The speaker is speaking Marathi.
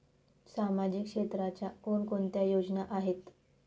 सामाजिक क्षेत्राच्या कोणकोणत्या योजना आहेत?